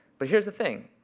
but here's the thing.